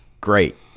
great